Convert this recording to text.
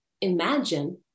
imagine